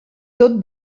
tot